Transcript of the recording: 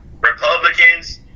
Republicans